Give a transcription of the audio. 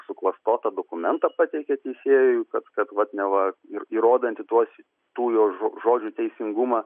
suklastotą dokumentą pateikė teisėjui kad kad vat neva į įrodantį tuos tų jo žo žodžių teisingumą